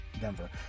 Denver